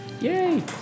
Yay